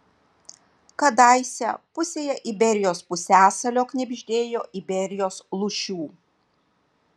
kadaise pusėje iberijos pusiasalio knibždėjo iberijos lūšių